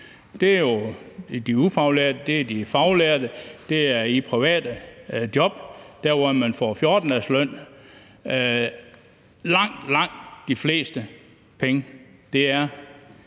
jo er de ufaglærte, de faglærte, ansatte i private job, hvor man får 14-dagesløn. Langt, langt de fleste af de penge